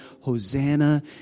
Hosanna